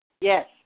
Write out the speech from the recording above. Yes